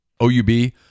OUB